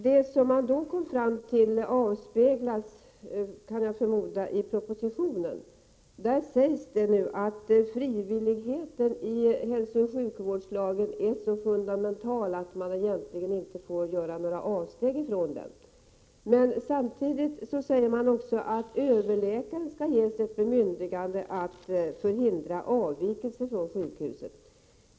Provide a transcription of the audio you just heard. Vad man då kom fram till avspeglas — förmodar jag —-i propositionen. Där sägs det nu att frivilligheten i hälsooch sjukvårdslagen är så fundamental att man egentligen inte får göra några avsteg från den. Samtidigt säger man också att överläkaren skall ges ett bemyndigande att förhindra avvikelse från sjukhuset.